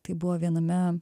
tai buvo viename